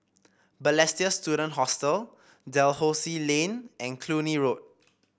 Balestier Student Hostel Dalhousie Lane and Cluny Road